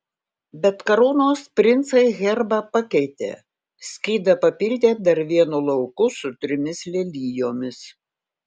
bet karūnos princai herbą pakeitė skydą papildė dar vienu lauku su trimis lelijomis